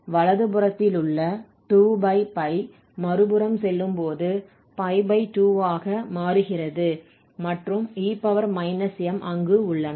வலது புறத்திலுள்ள 2 மறுபுறம் செல்லும்போது 2 ஆக மாறுகிறது மற்றும் e−m அங்கு உள்ளன